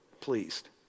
pleased